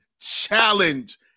challenge